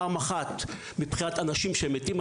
פעם אחת מבחינת אנשים שמתים.